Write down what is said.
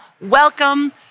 welcome